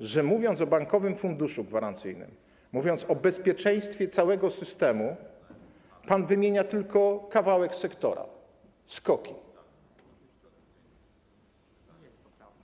że mówiąc o Bankowym Funduszu Gwarancyjnym, mówiąc o bezpieczeństwie całego systemu, pan wymienia tylko kawałek sektora, tj. SKOK-i.